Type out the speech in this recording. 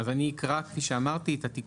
אז אני אקרא את התיקון